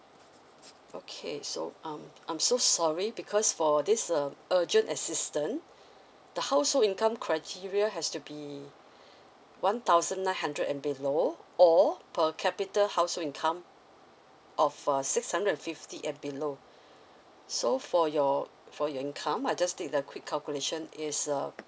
okay so um I'm so sorry because for this um urgent assistance the household income criteria has to be one thousand nine hundred and below or per capita household income of uh six hundred and fifty and below so for your for your income I just take the quick calculation it's uh